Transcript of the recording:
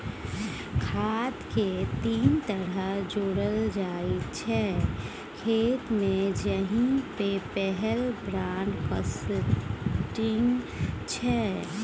खाद केँ तीन तरहे जोरल जाइ छै खेत मे जाहि मे पहिल ब्राँडकास्टिंग छै